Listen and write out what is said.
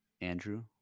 Andrew